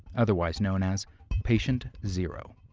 otherwise known as patient zero.